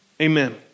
Amen